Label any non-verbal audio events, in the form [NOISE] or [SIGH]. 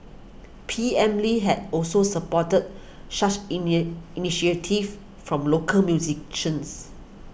P M Lee had also supported such [UNINTELLIGIBLE] initiatives from local musicians